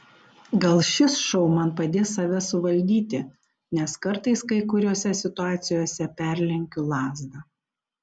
gal šis šou man padės save suvaldyti nes kartais kai kuriose situacijose perlenkiu lazdą